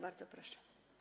Bardzo proszę.